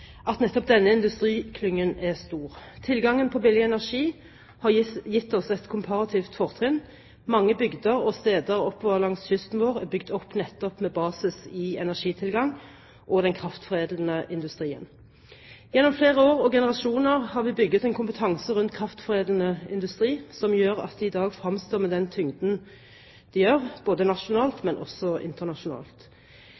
at nettopp denne industriklyngen er stor. Tilgangen på billig energi har gitt oss et komparativt fortrinn. Mange bygder og steder oppover langs kysten vår er bygd opp nettopp med basis i energitilgang og den kraftforeedlende industrien. Gjennom flere år og generasjoner har vi bygget en kompetanse rundt kraftforedlende industri som gjør at de i dag fremstår med den tyngden de gjør, både nasjonalt